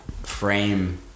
frame